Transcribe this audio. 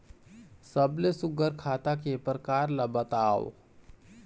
सबले सुघ्घर खाता के प्रकार ला बताव?